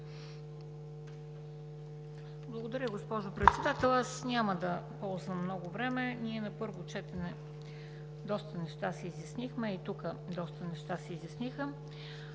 Благодаря, госпожо Председател, аз няма да ползвам много време. Ние на първо четене си изяснихме доста неща и тук доста неща се изясниха.